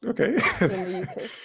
Okay